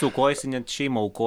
aukojasi net šeimą auko